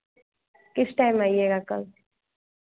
किस टाइम आइएगा कल